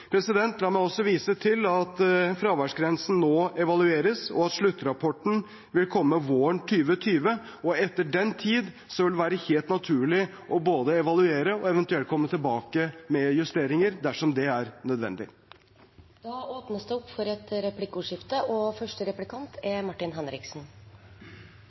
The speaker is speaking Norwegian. La meg også vise til at fraværsgrensen nå evalueres, og at sluttrapporten vil komme våren 2020. Etter den tid vil det være helt naturlig både å evaluere og eventuelt komme tilbake med justeringer dersom det er nødvendig. Det blir replikkordskifte. Det udokumenterte fraværet har gått ned i den videregående skolen. Det kan vi slå fast, og